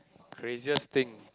craziest thing